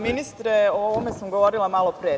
Ministre, o ovome sam govorila malopre.